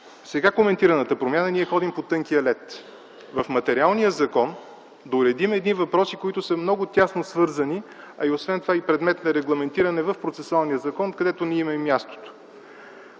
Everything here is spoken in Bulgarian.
сега коментираната промяна ходим по тънкия лед – в материалния закон да уредим едни въпроси, които са много тясно свързани, а освен това и предмет на регламентиране в процесуалния закон, където не им е мястото.